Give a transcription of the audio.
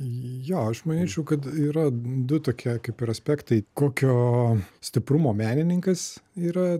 jo aš manyčiau kad yra du tokie kaip ir aspektai kokio stiprumo menininkas yra